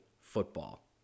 football